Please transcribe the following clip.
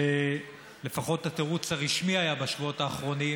שלפחות התירוץ הרשמי בשבועות האחרונים